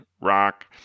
rock